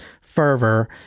fervor